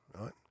right